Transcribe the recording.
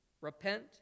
Repent